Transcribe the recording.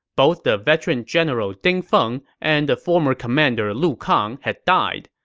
both the veteran general ding feng and the former commander lu kang had died.